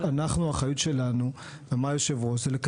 ובאופן אוטומטי הוועדות האלו יוכרו לך וזה באמת